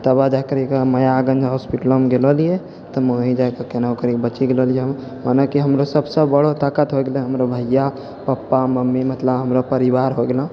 तब जा करिके मायागञ्ज हॉस्पिटलमे गेलो रहियै तऽ ओंहि जाकऽ केनाहुँ करिके बचि गेलियै हम हमरो सबसँ बड़ो ताकत हो गेलै हमरो भैया पापा मम्मी मतलब हमरा परिवार हो गेलौ